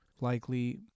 likely